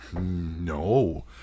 No